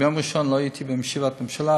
ביום ראשון לא הייתי בישיבת הממשלה,